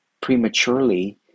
prematurely